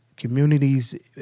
communities